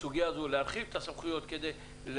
אם תרצה להוסיף בסוגיה הזו להרחיב את הסמכויות כדי לקדם,